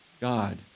God